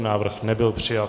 Návrh nebyl přijat.